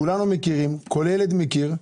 כולנו מכירים, כל ילד מכיר,